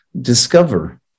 discover